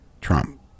Trump